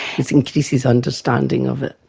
it increases understanding of it.